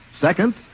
Second